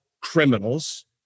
criminals